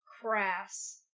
crass